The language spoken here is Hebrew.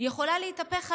יכולה להתהפך עליו,